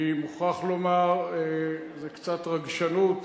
אני מוכרח לומר, זה קצת רגשנות,